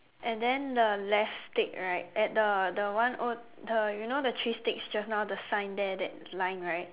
and then the left stick right at the the one oh the you know the three sticks just now the sign there that line right